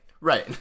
Right